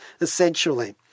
essentially